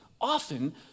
often